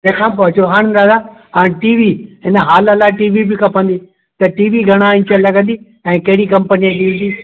तंहिंखा पोइ अचो हाणे दादा टी वी हिन हॉल लाइ टी वी बि खपंदी त टी वी घणा इंच लॻंदी ऐं कहिड़ी कंपनीअ जी ईंदी